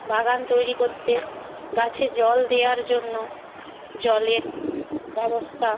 বাগান তৈরি করতে গাছে জল দেওয়ার জন্য জলের ব্যবস্থা